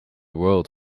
world